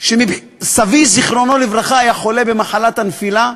סבי, זיכרונו לברכה, היה חולה במחלת הנפילה,